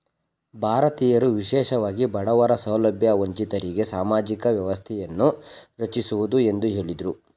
ಭಾರತೀಯರು ವಿಶೇಷವಾಗಿ ಬಡವರ ಸೌಲಭ್ಯ ವಂಚಿತರಿಗೆ ಸಾಮಾಜಿಕ ವ್ಯವಸ್ಥೆಯನ್ನು ರಚಿಸುವುದು ಎಂದು ಹೇಳಿದ್ರು